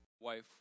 wife